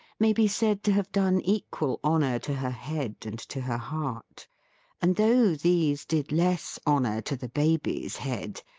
may be said to have done equal honour to her head and to her heart and though these did less honour to the baby's head,